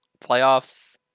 playoffs